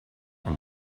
and